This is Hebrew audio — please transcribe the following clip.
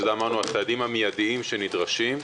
שזה הצעדים המיידיים שנדרשים,